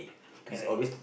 correct